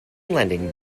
lending